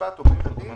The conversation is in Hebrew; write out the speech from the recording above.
המשפט או בבית הדין